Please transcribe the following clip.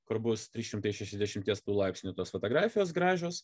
kur bus trs šimtai šešiasdešimties tų laipsnių tos fotografijos gražios